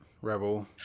Rebel